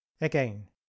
Again